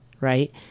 right